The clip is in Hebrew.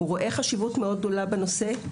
רואה חשיבות מאוד גדולה בנושא.